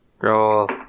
Roll